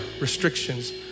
restrictions